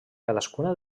cadascuna